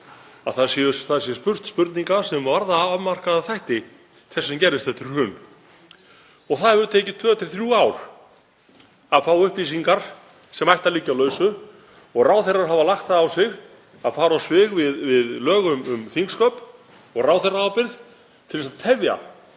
að spurt sé spurninga sem varða afmarkaða þætti þess sem gerðist eftir hrun. Það hefur tekið tvö til þrjú ár að fá upplýsingar sem ættu að liggja á lausu og ráðherrar hafa lagt það á sig að fara á svig við lög um þingsköp og ráðherraábyrgð til þess að tefja